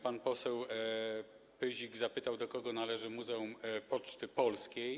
Pan poseł Pyzik zapytał, do kogo należy Muzeum Poczty Polskiej.